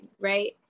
right